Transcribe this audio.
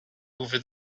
over